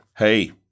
Hey